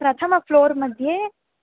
प्रथमं फ़्लोर्मध्ये